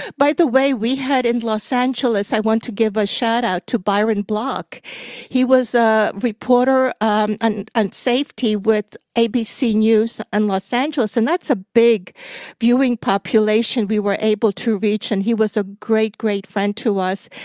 by the way, we had in los angeles i want to give a shout out to byron block he was a reporter on and and safety with nbc news in and los angeles, and that's a big viewing population we were able to reach, and he was a great, great friend to us.